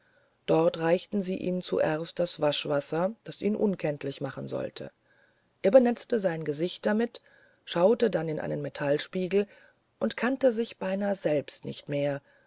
dort reichten sie ihm zuerst das waschwasser das ihn unkenntlich machen sollte er benetzte sein gesicht damit schaute dann in einen metallspiegel und kannte sich beinahe selbst nicht mehr